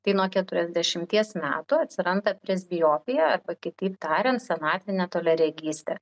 tai nuo keturiasdešimties metų atsiranda presbiopija arba kitaip tariant senatvinė toliaregystė